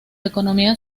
economía